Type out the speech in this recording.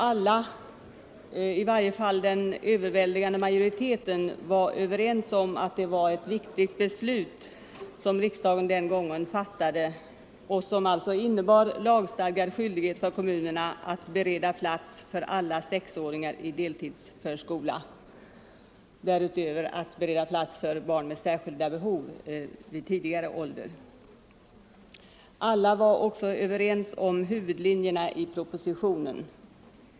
Alla, i varje fall den övervägande majoriteten, var överens om att det var ett viktigt beslut som riksdagen den gången fattade och som innebar lagstadgad skyldighet för kommunerna att bereda plats för alla sexåringar i deltidsförskola och därutöver för barn med särskilda behov vid tidigare ålder. Alla var också överens om huvudlinjerna i propositionen.